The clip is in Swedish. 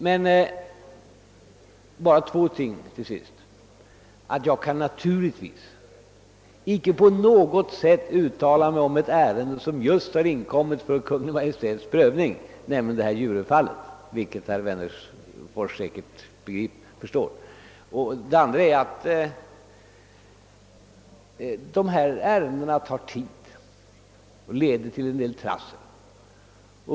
Jag vill till sist bara framhålla två saker. Jag kan för det första inte på något sätt uttala mig i ett ärende som just inkommit för Kungl. Maj:ts prövning, vilket är förhållandet med Djuröfallet. Det förstår säkerligen även herr Wennerfors. För det andra är dessa ärenden tidsödande och leder till en del trassel.